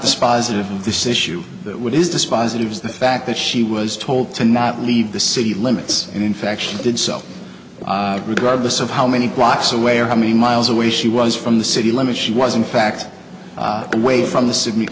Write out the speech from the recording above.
dispositive of this issue that what is dispositive is the fact that she was told to not leave the city limits and in fact she did so regardless of how many blocks away or how many miles away she was from the city limits she was in fact away from the sydney